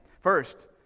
First